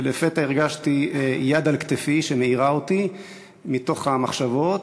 ולפתע הרגשתי יד על כתפי שמעירה אותי מתוך המחשבות,